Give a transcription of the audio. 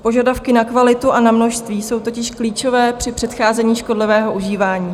Požadavky na kvalitu a na množství jsou totiž klíčové při předcházení škodlivého užívání.